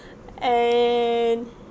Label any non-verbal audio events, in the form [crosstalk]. [breath] and